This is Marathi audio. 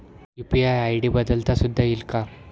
यू.पी.आय आय.डी बदलता सुद्धा येईल का?